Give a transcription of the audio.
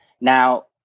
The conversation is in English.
Now